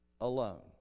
alone